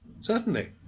Certainly